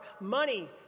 money